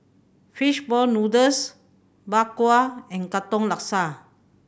fish ball noodles Bak Kwa and Katong Laksa